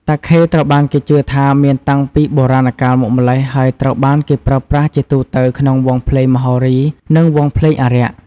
តាខេត្រូវបានគេជឿថាមានតាំងពីបុរាណកាលមកម្ល៉េះ ហើយត្រូវបានគេប្រើប្រាស់ជាទូទៅក្នុងវង់ភ្លេងមហោរី និងវង់ភ្លេងអារក្ស។